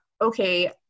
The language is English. okay